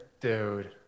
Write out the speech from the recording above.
Dude